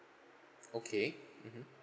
okay mmhmm